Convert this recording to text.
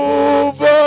over